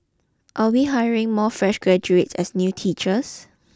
are we hiring more fresh graduates as new teachers